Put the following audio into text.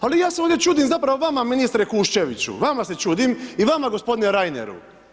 Ali ja se ovdje čudim zapravo vama ministre Kuščeviću, vama se čudim i vama gospodine Reineru.